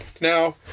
Now